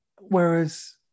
whereas